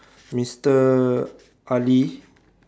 mister Ali